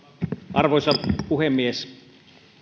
arvoisa puhemies